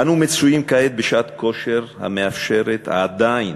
אנו מצויים כעת בשעת כושר המאפשרת, עדיין,